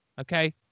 Okay